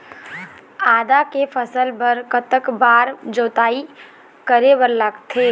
आदा के फसल बर कतक बार जोताई करे बर लगथे?